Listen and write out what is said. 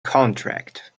contract